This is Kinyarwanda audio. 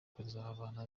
kuzabana